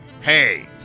Hey